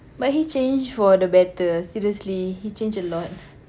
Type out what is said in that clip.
but he changed for the better seriously he changed a lot